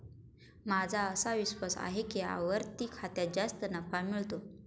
माझा असा विश्वास आहे की आवर्ती खात्यात जास्त नफा मिळतो